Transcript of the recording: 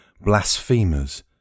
blasphemers